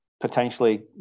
potentially